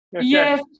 yes